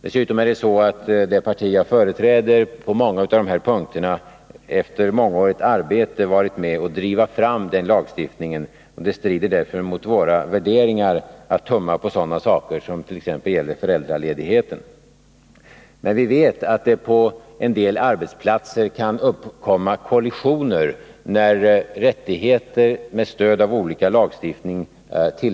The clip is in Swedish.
Dessutom är det så att det parti jag företräder efter mångårigt arbete på många av dessa punkter varit med om att driva fram denna lagstiftning. Det strider därför mot våra värderingar att tumma på sådana saker som exempelvis föräldraledigheten. Vi vet emellertid att det på en del arbetsplatser kan uppkomma kollisioner när rättigheter enligt olika lagar skall utnyttjas.